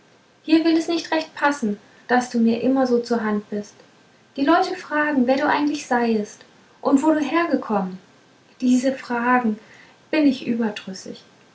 hier will es nicht recht passen daß du mir immer so zur hand bist die leute fragen wer du eigentlich seiest und wo du hergekommen diese fragen bin ich überdrüssig